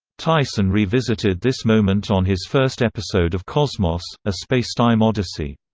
tyson revisited this moment on his first episode of cosmos a spacetime odyssey.